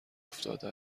افتاده